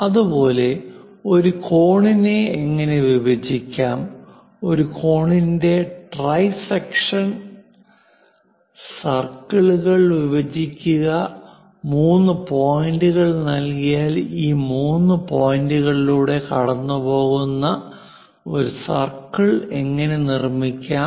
അതുപോലെ ഒരു കോണിനെ എങ്ങനെ വിഭജിക്കാം ഒരു കോണിൻറെ ട്രൈസെക്ഷൻ സർക്കിളുകൾ വിഭജിക്കുക മൂന്ന് പോയിന്റുകൾ നൽകിയാൽ ഈ മൂന്ന് പോയിന്റുകളിലൂടെ കടന്നുപോകുന്ന ഒരു സർക്കിൾ എങ്ങനെ നിർമ്മിക്കാം